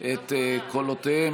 את קולותיהם,